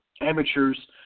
amateurs